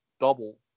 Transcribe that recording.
Double